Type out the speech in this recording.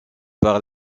par